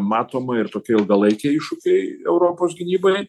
matoma ir tokie ilgalaikiai iššūkiai europos gynybai